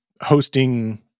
hosting